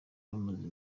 bamaze